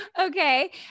Okay